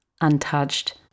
untouched